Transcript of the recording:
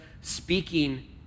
speaking